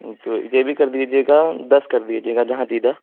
تو یہ بھی کر دیجیے گا دس کر دیجیے گا جہاں دیدہ